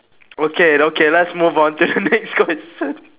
okay okay let's move on to the next question